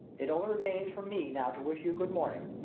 it only remains for me now to wish you good morning,